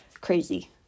crazy